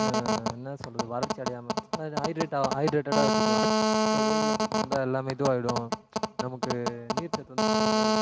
என்ன சொல்கிறது வறட்சி அடையாமல் அதில் ஹைட்ரேட் ஆவா ஹைட்ரேட்டடாக வச்சிக்கலாம் இப்போ வெயிலில் போயிட்டு வந்தால் எல்லாமே இதுவாயிடும் நமக்கு நீர்ச்சத்து வந்து கொறைஞ்ச மாரி இருக்கும்